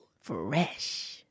Fresh